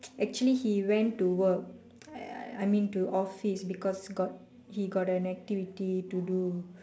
actually he went to work I I I mean to office because got he got an activity to do